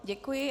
Děkuji.